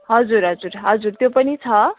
हजुर हजुर हजुर त्यो पनि छ